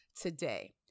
today